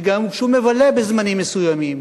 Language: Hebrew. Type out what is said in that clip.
וגם, כשהוא מבלה בזמנים מסוימים